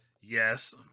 yes